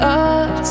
up